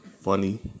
funny